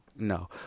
No